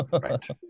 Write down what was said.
right